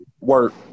work